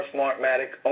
Smartmatic